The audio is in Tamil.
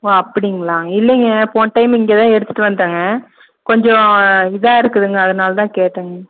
ஓ அப்படிங்களா இல்லைங்க போன டைமு இங்கேதான் எடுத்துட்டு வந்தேன்ங்க கொஞ்சம் இதாக இருக்குதுங்க அதனாலதான் கேட்டங்க